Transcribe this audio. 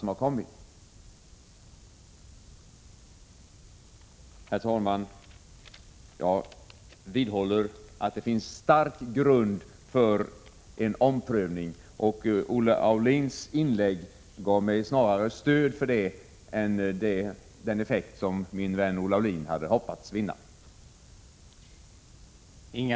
Herr talman! Jag vidhåller att det finns stark grund för en omprövning, och Olle Aulins inlägg gav mig snarare stöd för detta än den effekt som min vän Olle Aulin hade hoppats vinna.